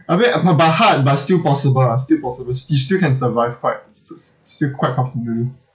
I mean uh but but hard but still possible lah still possible still you still can survive quite st~ still quite comfortably